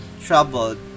Troubled